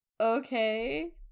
okay